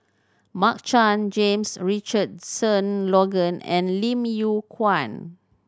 Mark Chan James Richardson Logan and Lim Yew Kuan